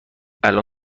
الان